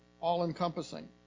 all-encompassing